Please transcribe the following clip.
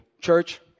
church